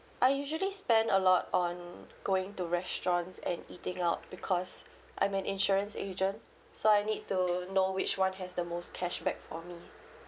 I usually spend a lot on going to restaurants and eating out because I'm an insurance agent so I need to know which one has the most cashback for me